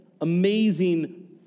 amazing